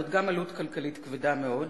זאת גם עלות כלכלית כבדה מאוד,